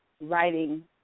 writing